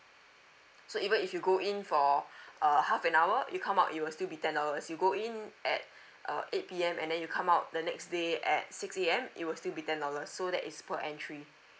so even if you go in for uh half an hour you come out it will still be ten dollars you go in at uh eight P_M and then you come out the next day at six A_M it will still be ten dollars so that is per entry